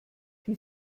die